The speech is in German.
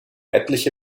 etliche